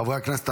חברי הכנסת,